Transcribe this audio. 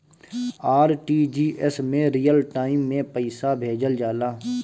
RTGS में real time में पइसा भेजल जाला